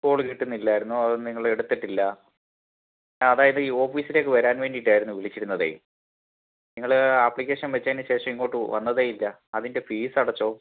call കിട്ടുന്നില്ലാരുന്നു അത് നിങ്ങൾ എടുത്തിട്ടില്ല അതായത് ഈ ഓഫീസിലേക്ക് വരാൻ വേണ്ടിയിട്ടായിരുന്നു വിളിച്ചിരുന്നത് നിങ്ങൾ അപ്ലിക്കേഷൻ വച്ചതിനു ശേഷം ഇങ്ങോട്ടു വന്നതേയില്ല അതിൻ്റെ ഫീസ്സടച്ചോ